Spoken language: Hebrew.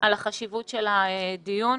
על החשיבות של הדיון.